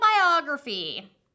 biography